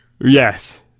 Yes